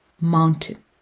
mountain